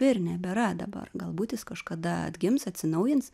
ir nebėra dabar galbūt jis kažkada atgims atsinaujins